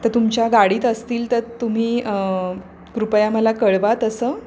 तर तुमच्या गाडीत असतील तर तुम्ही कृपया मला कळवा तसं